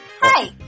Hi